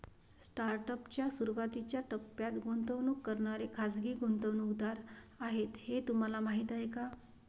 Startup च्या सुरुवातीच्या टप्प्यात गुंतवणूक करणारे खाजगी गुंतवणूकदार आहेत हे तुम्हाला माहीत आहे का?